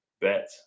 Bet